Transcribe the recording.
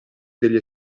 degli